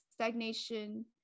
stagnation